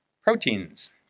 proteins